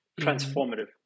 transformative